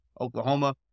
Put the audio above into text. Oklahoma